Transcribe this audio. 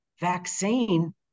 vaccine